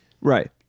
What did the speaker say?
Right